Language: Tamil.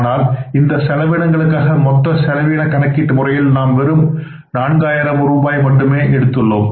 ஆனால் இந்த செலவினங்களுக்காக மொத்த செலவின கணக்கீடு முறையில் நாம் வெறும் 4000 ரூபாய் மட்டுமே எடுத்துள்ளோம்